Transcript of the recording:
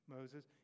Moses